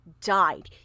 died